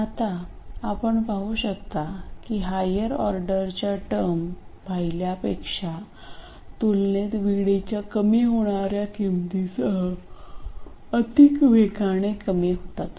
आता आपण पाहू शकता की या हायर ऑर्डरच्या टर्म पहिल्यापेक्षा तुलनेत VD च्या कमी होणार्या किंमतीसह अधिक वेगाने कमी होतात